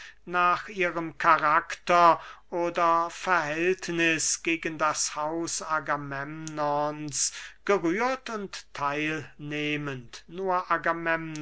nach ihrem karakter oder verhältniß gegen das haus agamemnons gerührt und theilnehmend nur